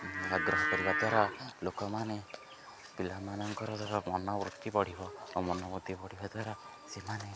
ଆଗ୍ରହ କରିବା ଦ୍ୱାରା ଲୋକମାନେ ପିଲାମାନଙ୍କରର ମନବୃତ୍ତି ବଢ଼ିବ ଆଉ ମନବୃତ୍ତି ବଢ଼ିବା ଦ୍ୱାରା ସେମାନେ